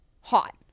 hot